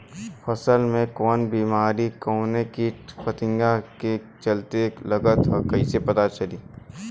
फसल में कवन बेमारी कवने कीट फतिंगा के चलते लगल ह कइसे पता चली?